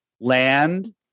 land